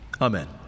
Amen